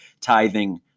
tithing